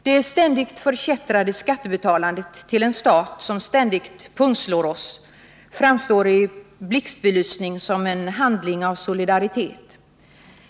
Det ständigt förkättrade skattebetalandet till en stat som ständigt pungslår oss framstår i blixtbelysning som en handling av solidaritet.